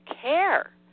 Care